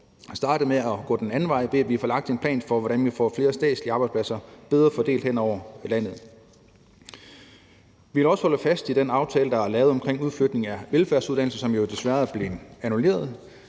man får startet på at gå den anden vej, nemlig at vi får lagt en plan for, hvordan vi får flere statslige arbejdspladser bedre fordelt hen over landet. Vi vil også holde fast i den aftale, der er lavet om udflytning af velfærdsuddannelser, men som jo desværre er blevet annulleret.